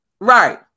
Right